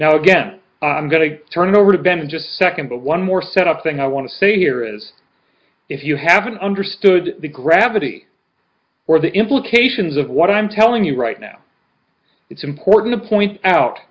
now again i'm going to turn it over to ben just a second but one more set up thing i want to say here is if you haven't understood the gravity or the implications of what i'm telling you right now it's important to point out